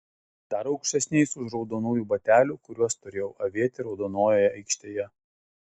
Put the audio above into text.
dar aukštesniais už raudonųjų batelių kuriuos turėjau avėti raudonojoje aikštėje